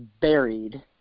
buried